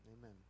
Amen